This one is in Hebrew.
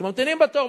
שממתינים בתור,